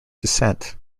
descent